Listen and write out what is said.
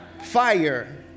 Fire